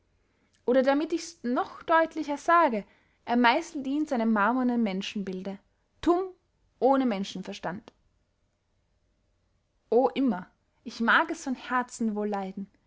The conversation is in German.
oder damit ichs noch deutlicher sage er meisselt ihn zu einem marmornen menschenbilde tumm ohne menschenverstand o immer ich mag es von herzen wohl leiden